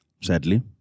sadly